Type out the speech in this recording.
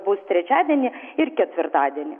bus trečiadienį ir ketvirtadienį